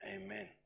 Amen